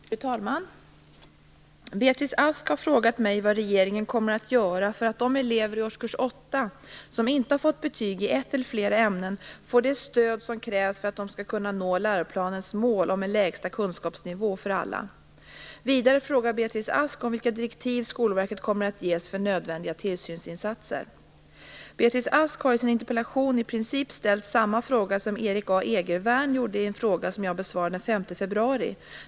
Fru talman! Beatrice Ask har frågat mig vad regeringen kommer att göra för att de elever i årskurs åtta som inte har fått betyg i ett eller flera ämnen får det stöd som krävs för att de skall kunna nå läroplanens mål om en lägsta kunskapsnivå för alla. Vidare frågar Beatrice Ask om vilka direktiv Skolverket kommer att ges för nödvändiga tillsynsinsatser. Beatrice Ask har i sin interpellation i princip ställt samma fråga som Erik A Egervärn, gjorde i en fråga som jag besvarade den 5 februari.